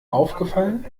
aufgefallen